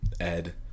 Ed